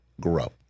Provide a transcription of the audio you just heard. grow